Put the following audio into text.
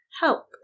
Help